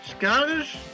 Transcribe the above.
Scottish